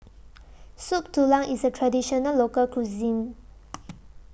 Soup Tulang IS A Traditional Local Cuisine